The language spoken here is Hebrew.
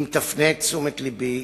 אם תפנה את תשומת לבי,